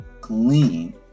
clean